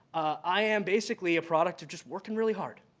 i am basically a product of just working really hard.